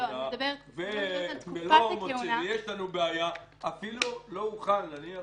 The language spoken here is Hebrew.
יש לנו בעיה, נניח